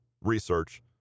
research